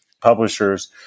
Publishers